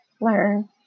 learn